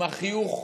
עם חיוך,